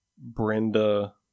Brenda